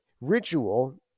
Ritual